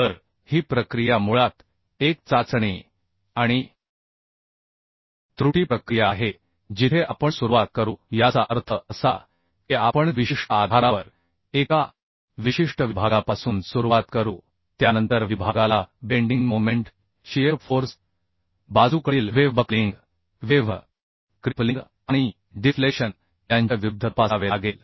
तर ही प्रक्रिया मुळात एक चाचणी आणि त्रुटी प्रक्रिया आहे जिथे आपण सुरुवात करू याचा अर्थ असा की आपण विशिष्ट आधारावर एकाविशिष्ट विभागापासून सुरुवात करू त्यानंतर विभागाला बेंडिंग मोमेंट शिअर फोर्स बाजूकडील वेव्ह बक्लिंग वेव्ह क्रिपलिंग आणि डिफ्लेक्शन यांच्याविरुद्ध तपासावे लागेल